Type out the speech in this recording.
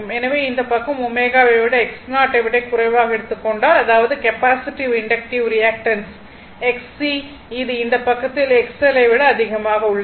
எனவே இந்த பக்கம் ω வை X0 ஐ விட குறைவாக எடுத்துக் கொண்டால் அதாவது கெப்பாசிட்டிவ் இண்டக்டிவ் ரியாக்டன்ஸ் XC இது இந்த பக்கத்தில் XL ஐ விட அதிகமாக உள்ளது